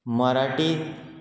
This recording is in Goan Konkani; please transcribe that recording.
मराठी